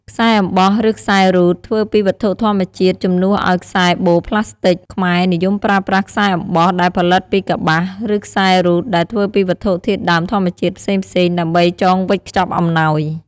ខ្សែអំបោះ ឬខ្សែរូតធ្វើពីវត្ថុធម្មជាតិ ជំនួសឱ្យខ្សែបូផ្លាស្ទិក ខ្មែរនិយមប្រើប្រាស់ខ្សែអំបោះដែលផលិតពីកប្បាស ឬខ្សែរូតដែលធ្វើពីវត្ថុធាតុដើមធម្មជាតិផ្សេងៗ ដើម្បីចងវេចខ្ចប់អំណោយ។